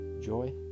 joy